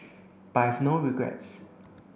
but I have no regrets